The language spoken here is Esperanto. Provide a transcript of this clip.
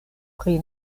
pri